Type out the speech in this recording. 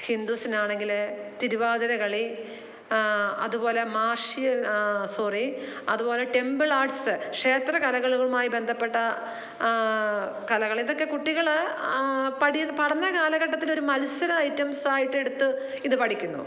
ഹിന്ദൂസിന് ആണെങ്കിൽ തിരുവാതിരകളി അതുപോലെ സോറി അത്പോലെ ടെമ്പിൾ ആട്ട്സ്സ് ഷേത്രകലകളുമായി ബന്ധപ്പെട്ട കലകൾ ഇതൊക്കെ കുട്ടികൾ പഠനകാലഘട്ടത്തിലൊരു മത്സര ഐറ്റംസ് ആയിട്ട് എടുത്ത് ഇത് പഠിക്കുന്നു